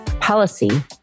policy